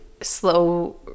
slow